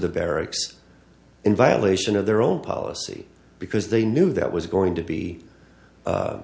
the barracks in violation of their own policy because they knew that was going to be